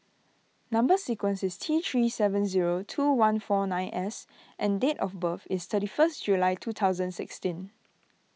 Number Sequence is T three seven zero two one four nine S and date of birth is thirty first July two thousand sixteen